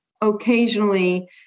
occasionally